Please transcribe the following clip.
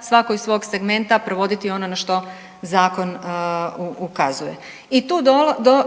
svatko iz svog segmenta provoditi ono na što zakon ukazuje i tu